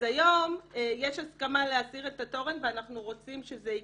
היום יש הסכמה להסיר את התורן ואנחנו רוצים שזה יקרה.